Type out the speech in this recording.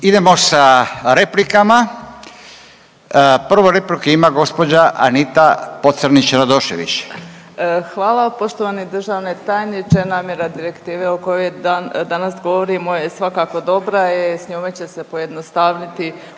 Idemo sa replikama. Prvu repliku ima gospođa Anita Pocrnić Radošević. **Pocrnić-Radošević, Anita (HDZ)** Hvala poštovani državni tajniče. Namjera direktive o kojoj danas govorimo je svakako dobra, sa njome će se pojednostaviti